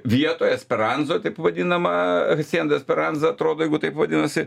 vietoj esperanzoj taip vadinama hasienda esperanza atrodo jeigu taip vadinasi